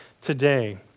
today